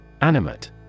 Animate